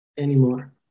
anymore